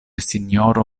sinjoro